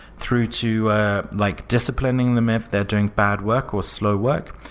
through to ah like disciplining them if they're doing bad work or slow work,